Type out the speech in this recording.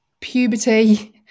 puberty